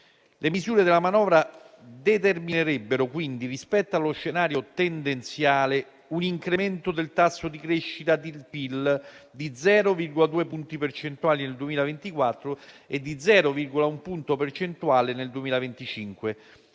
Le misure della manovra determinerebbero quindi rispetto allo scenario tendenziale un incremento del tasso di crescita del PIL di 0,2 punti percentuali nel 2024 e di 0,1 punti percentuali nel 2025.